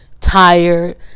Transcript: tired